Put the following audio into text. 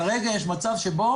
כרגע יש מצב שבו